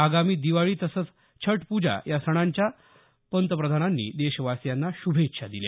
आगामी दिवाळी तसंच छटपूजा या सणांच्या पंतप्रधानांनी देशवासियांना श्रभेच्छा दिल्या